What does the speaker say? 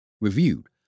Reviewed